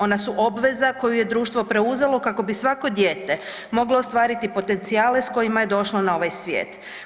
Ona su obveza koju je društvo preuzelo kako bi svako dijete moglo ostvariti potencijale s kojima je došlo na ovaj svijet.